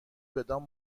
بدان